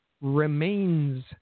remains